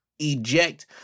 eject